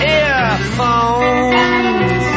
earphones